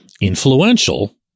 influential